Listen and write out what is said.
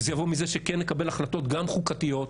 זה יבוא מזה שכן נקבל החלטות גם חוקתיות,